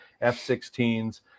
F-16s